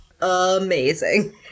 amazing